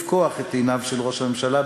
לפקוח את עיניו של ראש הממשלה,